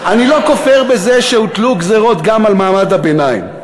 אני לא כופר בזה שהוטלו גזירות גם על מעמד הביניים,